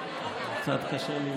קצת קשה לי.